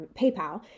PayPal